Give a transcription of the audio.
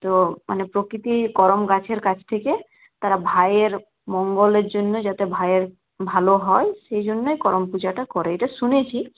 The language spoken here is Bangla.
তো মানে প্রকৃতি করম গাছের কাছ থেকে তারা ভাইয়ের মঙ্গলের জন্য যাতে ভাইয়ের ভালো হয় সেই জন্যই করম পূজাটা করে এটা শুনেছি